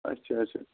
اَچھا اَچھا ٹھیٖک